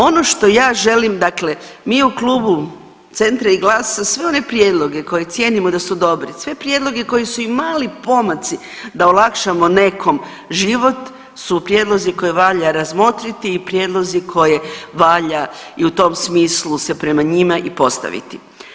Ono što ja želim, dakle mi u Klubu Centra i GLAS-a sve one prijedloge koje cijenimo da su dobri, sve prijedloge koji su i mali pomaci da olakšamo nekom život su prijedlozi koje valja razmotriti i prijedlozi koje valja i u tom smislu se prema njima i postaviti.